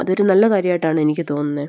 അതൊരു നല്ല കാര്യമായിട്ടാണ് എനിക്ക് തോന്നുന്നത്